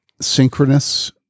synchronous